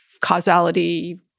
causality